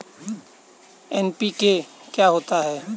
NPK क्या होता है?